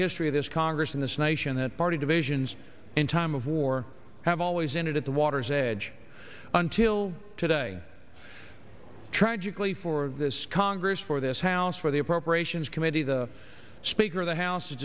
history of this congress in this nation that party divisions in time of war have always ended at the water's edge until today tragically for this congress for this house for the appropriations committee the speaker of the house